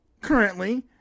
currently